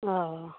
ओ